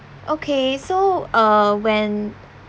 okay so uh when